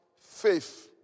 faith